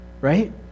right